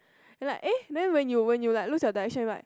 and like eh then when you when you like lose your direction right